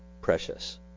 precious